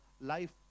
life